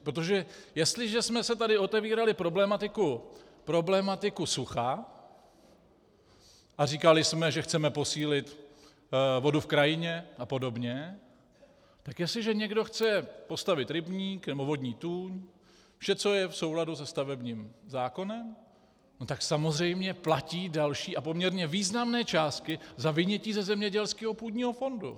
Protože jestliže jsme tady otevírali problematiku sucha a říkali jsme, že chceme posílit vodu v krajině a podobně, tak jestliže někdo chce postavit rybník nebo vodní tůň, vše, co je v souladu se stavebním zákonem, no tak samozřejmě platí další a poměrně významné částky za vynětí ze zemědělského půdního fondu.